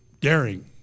Daring